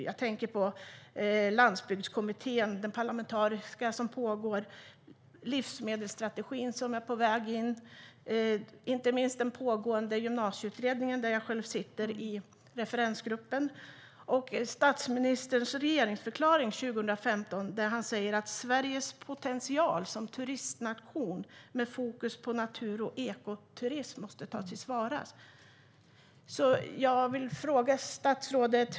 Jag tänker på Parlamentariska landsbygdskommittén, livsmedelsstrategin som är på väg in och inte minst pågående Gymnasieutredningen där jag själv sitter i referensgruppen. Dessutom sa statsministern i sin regeringsförklaring 2015 att Sveriges potential som turistnation med fokus på natur och ekoturism måste tas till vara.